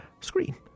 screen